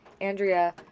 Andrea